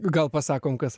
gal pasakom kas